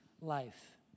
life